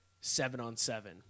seven-on-seven